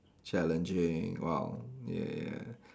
challenging !wow! yeah